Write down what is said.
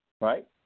Right